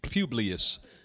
Publius